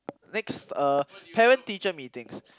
next uh parent teacher meetings